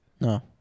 No